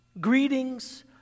Greetings